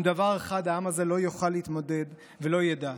דבר אחד העם הזה לא יוכל להתמודד ולא ידע,